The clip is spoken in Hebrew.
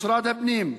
משרד הפנים,